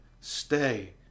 stay